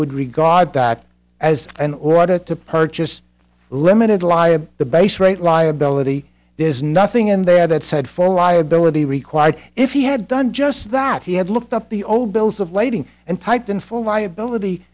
would regard that as an order to purchase limited liable the base rate liability there's nothing in there that said for liability required if he had done just that he had looked up the old bills of lading and typed in full liability